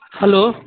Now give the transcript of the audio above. hello